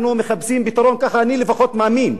אנחנו מחפשים פתרון, ככה אני, לפחות, מאמין.